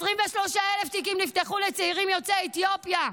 23,000 תיקים נפתחו לצעירים יוצאי אתיופיה.